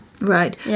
Right